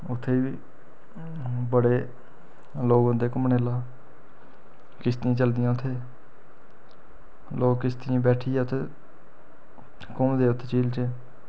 उत्थें बी बड़े लोग औंदे घूमने आह्ले किश्तियां चलदियां उत्थें लोक किश्तियें बैठियै उत्थै घूमदे उस झील च